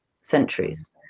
centuries